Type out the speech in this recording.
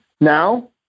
now